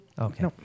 Okay